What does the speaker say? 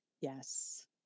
Yes